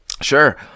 Sure